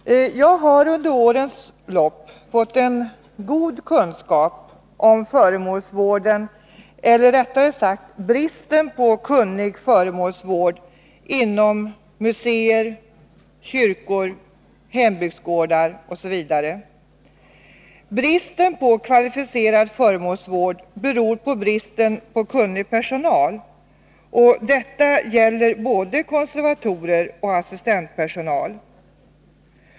Jag har under årens lopp fått en god kunskap om föremålsvården — eller, rättare sagt, bristen på kunnig föremålsvård — inom museer, kyrkor, hembygdsgårdar osv. Bristen på kvalificerad föremålsvård beror på bristen på kunnig personal. Detta gäller både konservatorer och assistentpersonal.